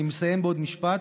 אני אסיים בזה.